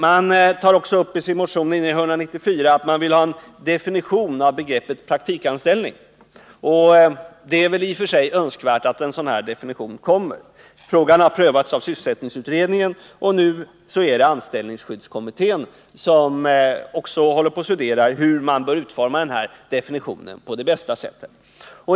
Socialdemokraterna begär i motion 994 en definition av begreppet praktikanställning, och det är väl i och för sig önskvärt att en sådan definition görs. Frågan har prövats av sysselsättningsutredningen, och nu studerar anställningsskyddskommittén hur man på bästa sätt kan utforma en sådan definition.